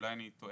אולי אני טועה,